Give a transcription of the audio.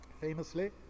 famously